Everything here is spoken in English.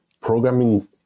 programming